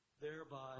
thereby